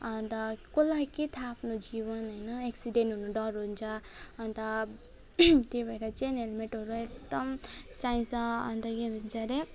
अन्त कसलाई के थाह जीवन होइन एक्सिडेन्ट हुने डर हुन्छ अन्त त्यही भएर चाहिँ हेलमेटहरू एकदम चाहिन्छ अन्त के भन्छ अरे